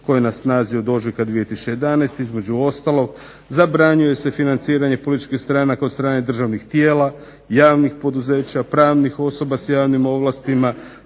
koji je na snazi od ožujka 2011. između ostalog zabranjuje se financiranje političkih stranaka od strane državnih tijela, javnih poduzeća, pravnih osoba sa javnim ovlastima,